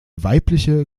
weibliche